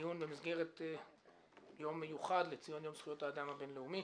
בדיון במסגרת יום מיוחד לציון יום זכויות האדם הבין-לאומי.